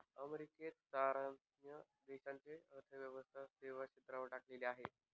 America सारख्या देशाची अर्थव्यवस्था सेवा क्षेत्रावर टिकलेली आहे